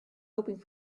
hoping